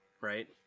right